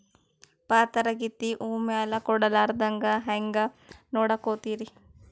ಪಾತರಗಿತ್ತಿ ಹೂ ಮ್ಯಾಲ ಕೂಡಲಾರ್ದಂಗ ಹೇಂಗ ನೋಡಕೋತಿರಿ?